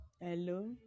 Hello